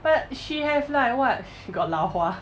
but she have like what got 老花